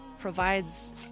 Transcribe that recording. provides